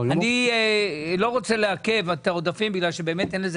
אני לא רוצה לעכב את העברת העודפים כי אין לזה